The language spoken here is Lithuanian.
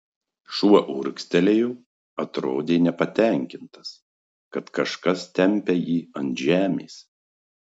šuo urgztelėjo atrodė nepatenkintas kad kažkas tempia jį ant žemės